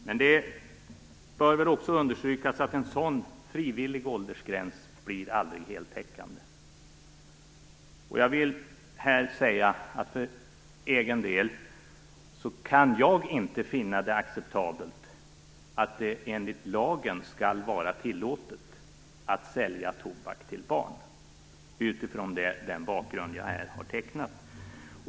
Men det bör också understrykas att en sådan frivillig åldersgräns aldrig blir heltäckande. Jag vill här för egen del säga att jag inte kan finna det acceptabelt att det enligt lagen skall vara tillåtet att sälja tobak till barn utifrån den bakgrund som jag här har tecknat.